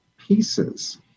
pieces